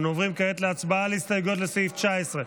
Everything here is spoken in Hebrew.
אנו עוברים כעת להצבעה על ההסתייגויות לסעיף 19,